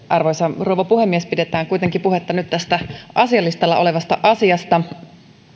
arvoisa rouva puhemies pidetään kuitenkin puhetta nyt tästä asialistalla olevasta asiasta